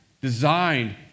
designed